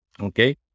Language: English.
Okay